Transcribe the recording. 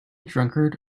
drunkard